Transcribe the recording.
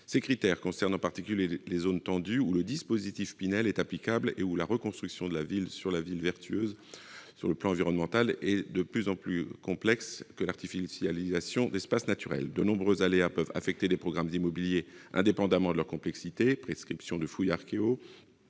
Ces critères concernent en particulier les zones tendues où le dispositif Pinel est applicable et où la reconstruction de la ville sur la ville, vertueuse sur le plan environnemental, est plus complexe que l'artificialisation d'espaces naturels. D'autre part, de nombreux aléas peuvent affecter des programmes immobiliers, indépendamment de leur complexité : prescription de fouilles archéologiques,